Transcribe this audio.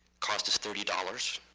cost us thirty dollars.